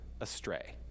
astray